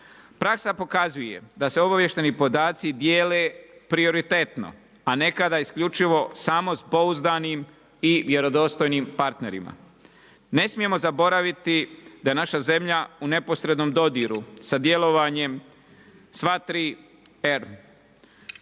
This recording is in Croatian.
Praksa pokazuje da se obavještajni podaci dijele prioritetno, a nekada isključivo samo s pouzdanim i vjerodostojnim partnerima. Ne smijemo zaboraviti da je naša zemlja u neposrednom dodiru sa djelovanjem sva 3 R